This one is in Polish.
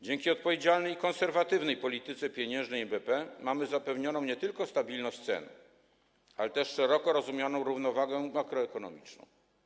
Dzięki odpowiedzialnej i konserwatywnej polityce pieniężnej NBP mamy zapewnioną nie tylko stabilność cen, ale też szeroko rozumianą równowagę makroekonomiczną.